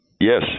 Yes